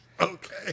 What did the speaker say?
okay